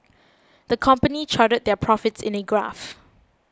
the company charted their profits in a graph